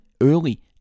early